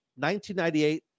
1998